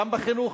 גם בחינוך,